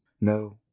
No